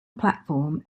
platform